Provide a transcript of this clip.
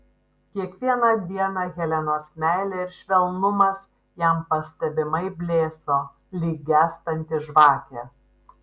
kiekvieną dieną helenos meilė ir švelnumas jam pastebimai blėso lyg gęstanti žvakė